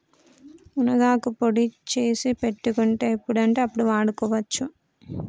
మునగాకు పొడి చేసి పెట్టుకుంటే ఎప్పుడంటే అప్పడు వాడుకోవచ్చు